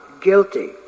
guilty